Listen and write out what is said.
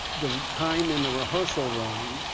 the time in the rehearsal room,